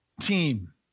team